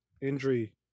injury